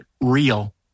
real